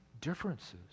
differences